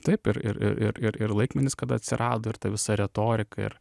taip ir ir ir ir ir laikmetis kada atsirado ir ta visa retorika ir